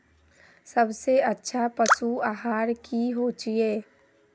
सबसे अच्छा पशु आहार की होचए?